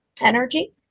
energy